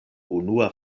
unua